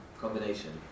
combination